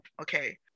Okay